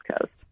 coast